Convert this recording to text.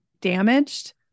damaged